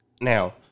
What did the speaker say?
now